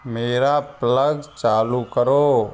मेरा प्लग चालू करो